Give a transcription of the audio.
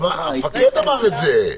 המפקד אמר את זה.